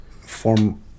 form